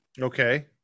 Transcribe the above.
Okay